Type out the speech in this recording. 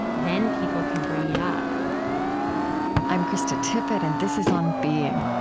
then people can bring it up i'm krista tippett, and this is on being